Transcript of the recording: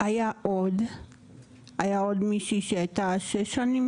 הייתה עוד מישהו שהייתה שש שנים,